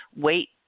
wait